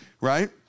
Right